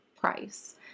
price